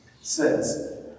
says